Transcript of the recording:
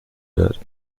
wird